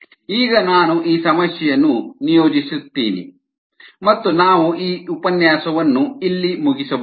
ಈಗ ನಾನು ಈ ಸಮಸ್ಯೆಯನ್ನು ನಿಯೋಜಿಸುತ್ತೀನಿ ಮತ್ತು ನಾವು ಈ ಉಪನ್ಯಾಸವನ್ನು ಇಲ್ಲಿ ಮುಗಿಸಬಹುದು